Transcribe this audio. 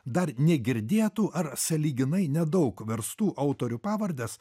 dar negirdėtų ar sąlyginai nedaug verstų autorių pavardes